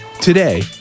Today